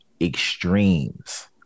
extremes